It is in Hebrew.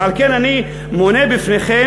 ועל כן אני מונה בפניכם,